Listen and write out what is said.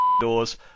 doors